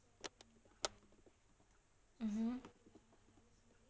mmhmm